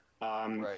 Right